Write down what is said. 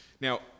Now